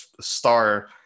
star